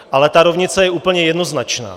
Ale ta rovnice je úplně jednoznačná.